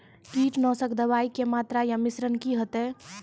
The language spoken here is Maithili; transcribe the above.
कीटनासक दवाई के मात्रा या मिश्रण की हेते?